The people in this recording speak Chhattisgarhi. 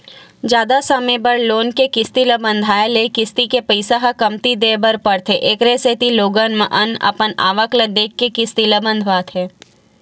जादा समे बर लोन के किस्ती ल बंधाए ले किस्ती के पइसा ल कमती देय बर परथे एखरे सेती लोगन अपन आवक ल देखके किस्ती ल बंधवाथे